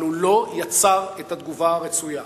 אבל הוא לא יצר את התגובה הרצויה.